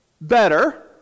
better